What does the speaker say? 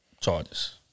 charges